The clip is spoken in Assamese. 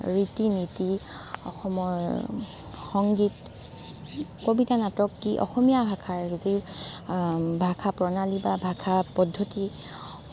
ৰীতি নীতি অসমৰ সংগীত কবিতা নাটক কি অসমীয়া ভাষাৰ ভাষা প্ৰণালী বা ভাষা পদ্ধতি